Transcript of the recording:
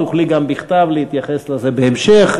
תוכלי גם בכתב להתייחס לזה בהמשך.